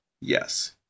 Yes